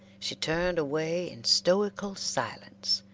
she turned away in stoical silence,